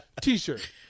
T-shirt